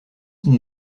qu’il